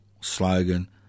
slogan